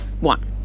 One